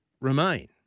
remain